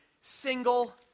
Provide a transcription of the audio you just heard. single